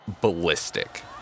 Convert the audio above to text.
ballistic